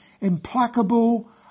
implacable